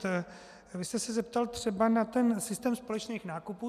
Vy jste se zeptal třeba na ten systém společných nákupů.